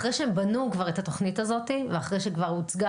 אחרי שהם בנו כבר את התוכנית הזאת ואחרי שכבר הוצגה